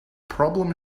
problem